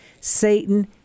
Satan